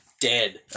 Dead